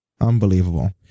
Unbelievable